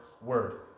word